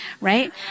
right